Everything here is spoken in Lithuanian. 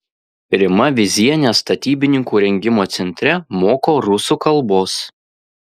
rima vyzienė statybininkų rengimo centre moko rusų kalbos